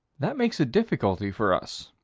that makes a difficulty for us.